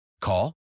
Call